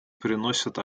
приносят